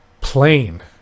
plain